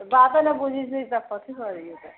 तऽ बाते नहि बुझै छै तऽ कथी करियै तऽ